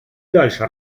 дальше